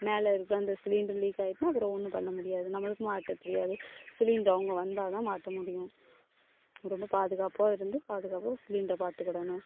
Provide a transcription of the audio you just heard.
மேலே இருக்க அந்த சிலிண்டர் லீக் ஆயிட்டுனா அப்புறம் ஒன்றும் பண்ண முடியாது நம்மளுக்கும் மாட்ட தெரியாது சிலிண்டர் அவங்க வந்தால் தான் மாட்ட முடியும் ரொம்ப பாதுகாப்பாக இருந்து பாதுகாப்பாக சிலிண்டரை பார்த்துக்கிடணும்